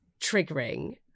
triggering